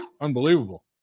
unbelievable